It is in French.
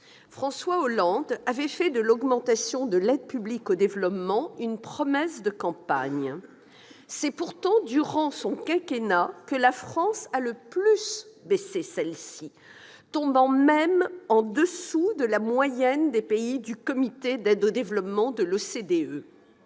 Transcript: François Hollande avait fait de l'augmentation de l'aide publique au développement une promesse de campagne. C'est pourtant durant son quinquennat que l'aide de la France a le plus baissé, tombant même en dessous de la moyenne des pays du comité d'aide au développement de l'OCDE.